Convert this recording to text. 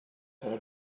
how